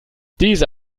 diese